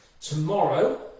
Tomorrow